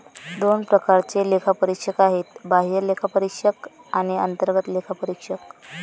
दोन प्रकारचे लेखापरीक्षक आहेत, बाह्य लेखापरीक्षक आणि अंतर्गत लेखापरीक्षक